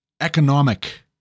economic